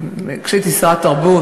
כשהייתי שרת התרבות,